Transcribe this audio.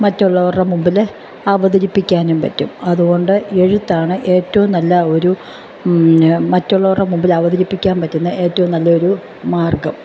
മറ്റുള്ളവരുടെ മുമ്പിലെ അവതരിപ്പിക്കാനും പറ്റും അതുകൊണ്ട് എഴുത്താണ് ഏറ്റവും നല്ല ഒരു മറ്റുള്ളവരുടെ മുമ്പില് അവതരിിപ്പിക്കാൻ പറ്റുന്ന ഏറ്റവും നല്ലൊരു മാർഗ്ഗം